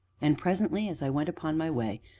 and presently, as i went upon my way,